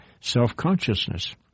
self-consciousness